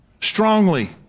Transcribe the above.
strongly